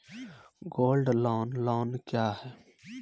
Gold loan loan क्या हैं?